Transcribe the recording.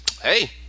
Hey